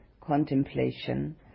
contemplation